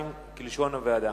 2), כלשון הוועדה.